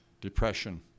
depression